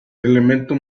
elemento